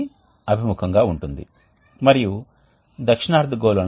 కాబట్టి అవి ఘనమైన భాగాన్ని కలిగి ఉంటాయి ఇవి ఉష్ణ శక్తిని నిల్వ చేయగలవు